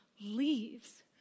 leaves